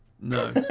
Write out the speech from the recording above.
No